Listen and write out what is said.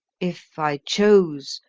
if i chose,